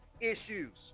issues